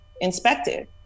inspected